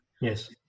Yes